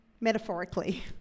metaphorically